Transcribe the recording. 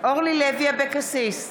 אורלי לוי אבקסיס,